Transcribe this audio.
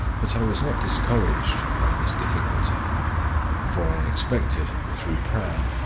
but i was not discouraged by this difficulty for i expected, through prayer,